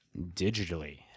digitally